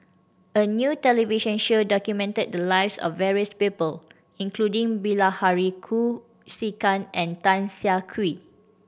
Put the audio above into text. a new television show documented the lives of various people including Bilahari Kausikan and Tan Siah Kwee